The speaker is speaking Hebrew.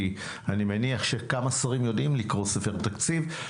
כי אני מניח שכמה שרים יודעים לקרוא ספר תקציב.